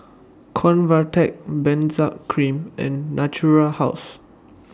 Convatec Benzac Cream and Natura House